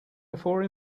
before